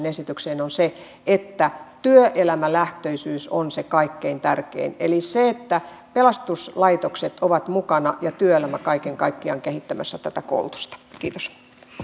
esitykseen on se että työelämälähtöisyys on se kaikkein tärkein eli se että pelastuslaitokset ovat mukana ja työelämä kaiken kaikkiaan kehittämässä tätä koulutusta kiitos